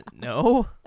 No